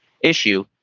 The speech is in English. issue